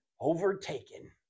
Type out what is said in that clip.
overtaken